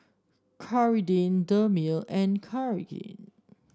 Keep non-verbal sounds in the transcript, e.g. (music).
(unintelligible) Dermale and Cartigain